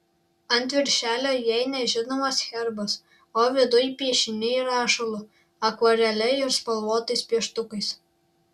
ant viršelio jai nežinomas herbas o viduj piešiniai rašalu akvarele ir spalvotais pieštukais